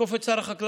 תתקוף את שר החקלאות.